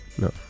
No